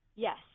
Yes